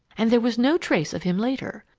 and there was no trace of him later.